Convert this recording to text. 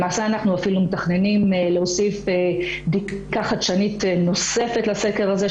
למעשה אנחנו אפילו מתכננים להוסיף בדיקה חדשנית נוספת לסקר הזה,